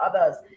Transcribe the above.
others